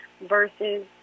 versus